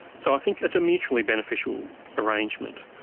so i think it's a mutually beneficial arrangement.